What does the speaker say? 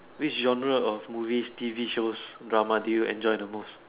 which genre of movies T_V shows drama do you enjoy the most